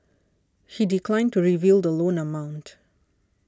he declined to reveal the loan amount